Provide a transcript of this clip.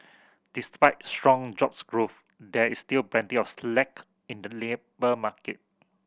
despite strong jobs growth there is still plenty of slack in the labour market